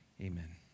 Amen